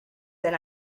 then